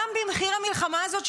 גם במחיר סיום המלחמה הזאת,